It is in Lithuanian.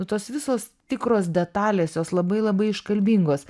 tos visos tikros detalės jos labai labai iškalbingos